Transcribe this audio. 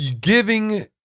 giving